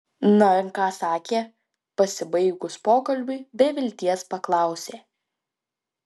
na ir ką sakė pasibaigus pokalbiui be vilties paklausė